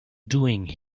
doing